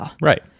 Right